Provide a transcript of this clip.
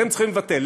אתם צריכים לבטל.